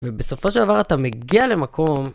ובסופו של דבר אתה מגיע למקום